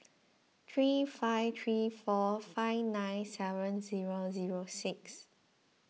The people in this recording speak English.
three five three four five nine seven zero zero six